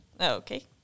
Okay